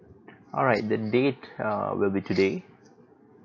alright the date err will be today